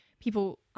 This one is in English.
people